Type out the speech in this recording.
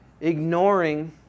ignoring